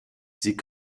sie